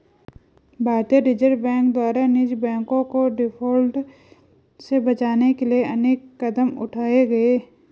भारतीय Reserve Bank द्वारा निजी बैंकों को डिफॉल्ट से बचाने के लिए अनेक कदम उठाए गए